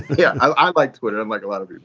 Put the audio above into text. yeah i like twitter and like a lot of people.